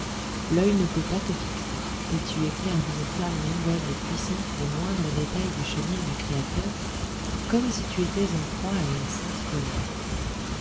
l'oeil ne peut pas te fixer et tu éclaires d'une flamme nouvelle et puissante les moindres détails du chenil du créateur comme si tu étais en proie à une sainte colère